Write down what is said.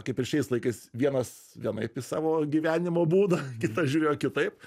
kaip ir šiais laikais vienas vienaip į savo gyvenimo būdą kitas žiūrėjo kitaip